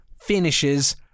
finishes